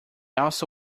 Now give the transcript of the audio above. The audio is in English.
also